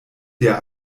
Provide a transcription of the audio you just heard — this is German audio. der